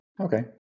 Okay